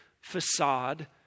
facade